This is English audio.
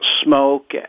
smoke